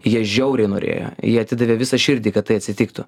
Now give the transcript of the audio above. jie žiauriai norėjo jie atidavė visą širdį kad tai atsitiktų